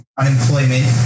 unemployment